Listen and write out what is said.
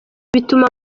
bituma